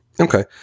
Okay